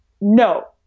no